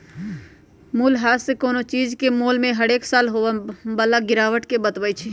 मूल्यह्रास कोनो चीज के मोल में हरेक साल होय बला गिरावट के बतबइ छइ